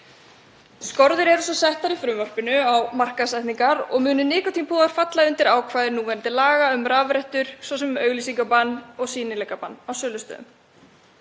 Skorður eru settar í frumvarpinu á markaðssetningar og munu nikótínpúðar falla undir ákvæði núverandi laga um rafrettur, svo sem um auglýsingabann og sýnileikabann á sölustöðum.